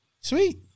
Sweet